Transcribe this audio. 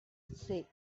say